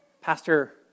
Pastor